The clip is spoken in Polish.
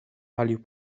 palił